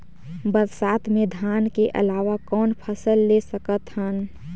बरसात मे धान के अलावा कौन फसल ले सकत हन?